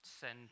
send